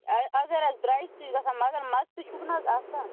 اَگر اَگر حَظ درٛۄجہِ تہِ چھِ گژھان مگر مَزٕ تہِ چھُکھ نہَ حَظ آسان